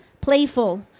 playful